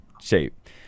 shape